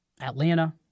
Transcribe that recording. Atlanta